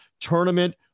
tournament